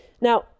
now